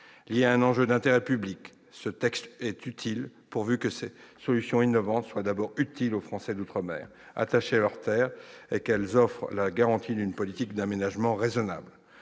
Lié à un enjeu d'intérêt public, ce texte est utile pourvu que ces solutions innovantes soient d'abord profitables aux Français d'outre-mer, attachés à leur terre, et qu'elles offrent la garantie d'une politique d'aménagement raisonnable.